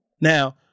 Now